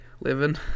Living